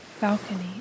balcony